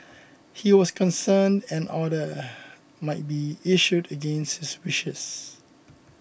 he was concerned an order might be issued against his wishes